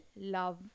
love